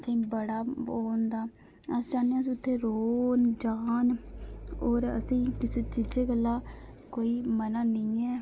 उत्थै बड़ा ओह् होंदा अस चाह्न्ने हआं अस उत्थै रौह्न जाह्न और असेंगी किसै चीजा कन्नै कोला कोई मना नेईं ऐ